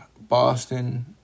Boston